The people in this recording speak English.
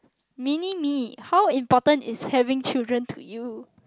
mini me how important is having children to you